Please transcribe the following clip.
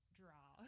draw